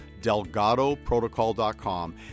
DelgadoProtocol.com